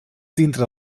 dintre